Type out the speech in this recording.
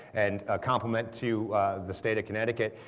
and a compliment to the state of connecticut,